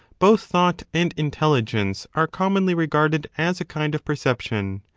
both thought and intelli gence are commonly regarded as a kind of perception,